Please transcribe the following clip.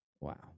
Wow